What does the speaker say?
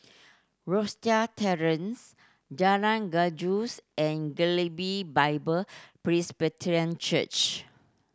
Rosyth Terrace Jalan Gajus and Galilee Bible Presbyterian Church